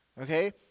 Okay